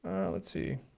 let's see.